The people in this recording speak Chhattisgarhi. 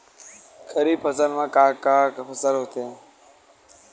खरीफ फसल मा का का फसल होथे?